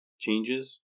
changes